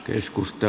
keskusta